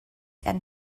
and